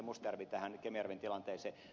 mustajärvi tähän kemijärven tilanteeseen ed